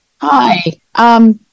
Hi